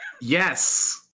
Yes